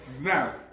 Now